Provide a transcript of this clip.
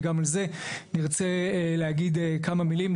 וגם על זה נרצה להגיד כמה מילים.